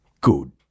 Good